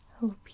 hope